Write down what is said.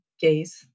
gaze